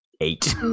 Eight